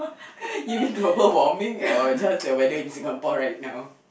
you mean global warming or just the weather in Singapore right now